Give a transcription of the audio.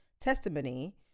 testimony